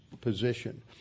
position